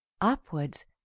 Upwards